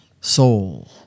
Soul